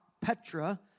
Petra